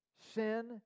Sin